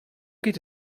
geht